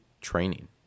training